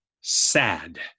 sad